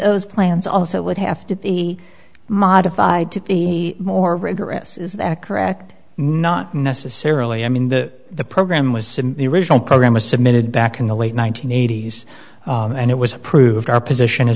those plans also would have to be modified to be more rigorous is that correct not necessarily i mean that the program was the original program was submitted back in the late one nine hundred eighty s and it was approved our position